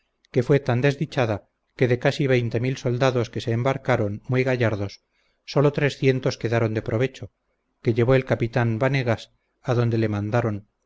que fue tan desdichada que de casi veinte mil soldados que se embarcaron muy gallardos solo trescientos quedaron de provecho que llevó el capitán vanegas a donde le mandaron